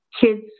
kids